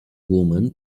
woman